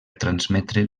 transmetre